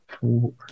four